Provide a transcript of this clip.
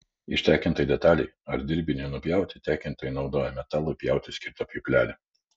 ištekintai detalei ar dirbiniui nupjauti tekintojai naudoja metalui pjauti skirtą pjūklelį